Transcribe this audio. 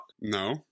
No